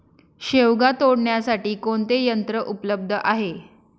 शेवगा तोडण्यासाठी कोणते यंत्र उपलब्ध आहे?